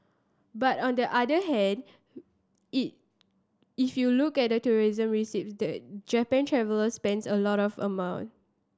but on the other hand if if you look at tourism receipt the Japan traveller spends a lot of amount